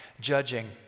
judging